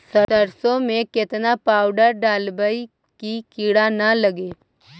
सरसों में केतना पाउडर डालबइ कि किड़ा न लगे?